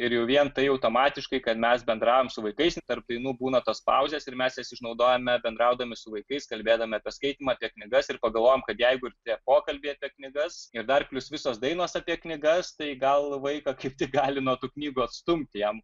ir jau vien tai automatiškai kad mes bendravom su vaikais tarp dainų būna tos pauzės ir mes jas išnaudojame bendraudami su vaikais kalbėdami apie skaitymą apie knygas ir pagalvojom kad jeigu ir tie pokalbiai apie knygas ir dar plius visos dainos apie knygas tai gal vaiką kaip tik gali nuo tų knygų atstumti jam